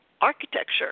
architecture